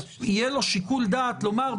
יהיה לו שיקול דעת לומר,